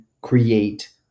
create